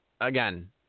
again